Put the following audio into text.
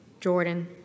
Jordan